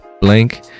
blank